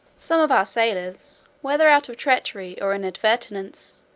some of our sailors, whether out of treachery or inadvertence,